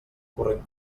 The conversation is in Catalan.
corrent